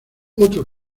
otro